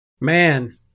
Man